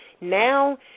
Now